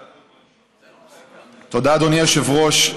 תודה, אדוני היושב-ראש.